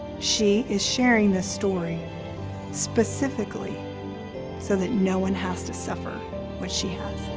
she is sharing this story specifically so that no one has to suffer what she has.